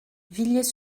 villiers